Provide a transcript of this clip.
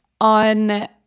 on